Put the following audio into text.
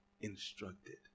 instructed